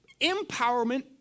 empowerment